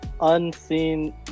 unseen